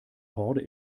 horde